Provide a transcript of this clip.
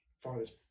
farthest